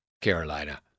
Carolina